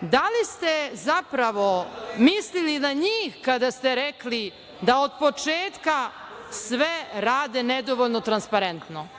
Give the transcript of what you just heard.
da li ste zapravo mislili na njih kada ste rekli da od početka rade sve nedovoljno transparentno?